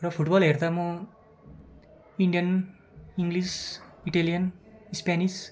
र फुटबल हेर्दा म इन्डियन इङ्गलिस इटालियन स्पेनिस